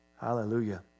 Hallelujah